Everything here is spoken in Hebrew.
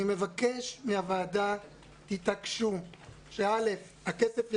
אני מבקש שהוועדה תתעקש שהכסף יעבור,